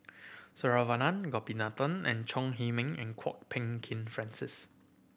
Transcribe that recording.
Saravanan Gopinathan and Chong Heman and Kwok Peng Kin Francis